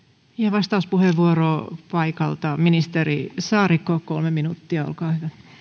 vastauspuheenvuoro paikalta ministeri saarikko kolme minuuttia olkaa